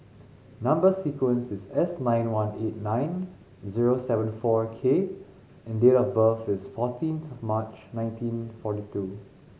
number sequence is S nine one eight nine zero seven four K and date of birth is fourteenth March nineteen forty two